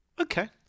Okay